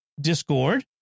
discord